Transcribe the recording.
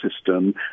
system